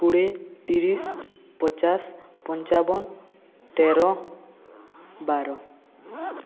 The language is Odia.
କୋଡ଼ିଏ ତିରିଶ ପଚାଶ ପଞ୍ଚାବନ ତେର ବାର